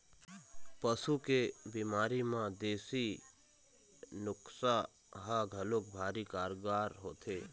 पशु के बिमारी म देसी नुक्सा ह घलोक भारी कारगार होथे